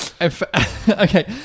Okay